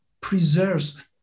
preserves